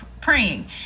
praying